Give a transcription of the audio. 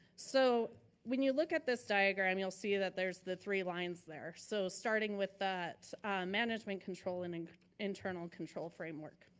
so when you look at this diagram, you'll see that there's the three lines there. so starting with the management control and and internal control framework.